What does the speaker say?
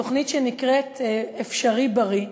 תוכנית שנקראת "אפשריבריא".